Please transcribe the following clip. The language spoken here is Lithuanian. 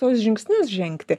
tuos žingsnius žengti